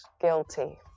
guilty